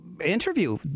interview